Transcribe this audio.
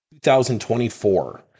2024